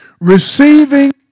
Receiving